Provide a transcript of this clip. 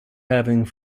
having